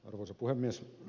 arvoisa puhemies